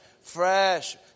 fresh